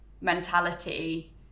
mentality